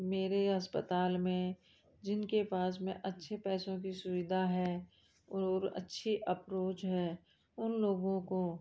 मेरे अस्पताल में जिन के पास में अच्छे पैसों की सुविधा है और अच्छी अप्रोच है उन लोगों को